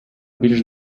більш